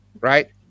Right